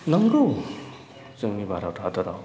नोंगौ जोंनि भारत हादराव